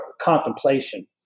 contemplation